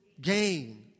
gain